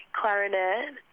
clarinet